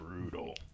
brutal